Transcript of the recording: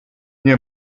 nie